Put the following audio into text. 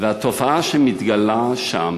על התופעה שמתגלה שם.